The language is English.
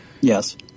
Yes